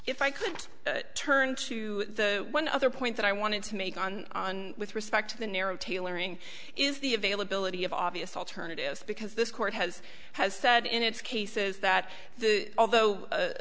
if i could turn to the one other point that i wanted to make on on with respect to the narrow tailoring is the availability of obvious alternatives because this court has has said in its cases that although